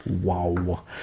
wow